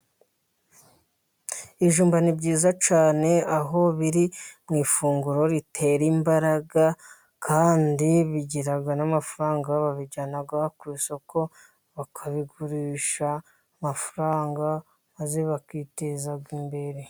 Ibijumba ni byiza cyane aho biri mu ifunguro ritera imbaraga, kandi bigira n'amafaranga babijyana ku isoko bakabigurisha amafaranga maze bakiteza imbere.